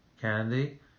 candy